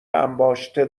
انباشته